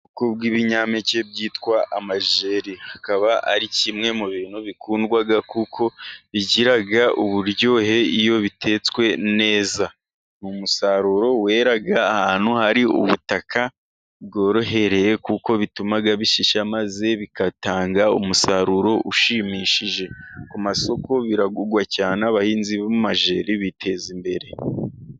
Ububiko bw'ibinyampeke byitwa amajeri, bikaba ari kimwe mu bintu bikundwa kuko bigira uburyohe iyo bitetswe neza, ni umusaruro wera ahantu hari ubutaka bworohereye, kuko bituma bishisha maze bigatanga umusaruro ushimishije ku masoko, biragurwa cyane abahinzi b'amajeri biteza imbere.